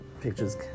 pictures